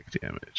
damage